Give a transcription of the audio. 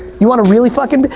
you wanna really fuckin',